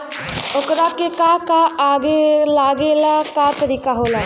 ओकरा के का का लागे ला का तरीका होला?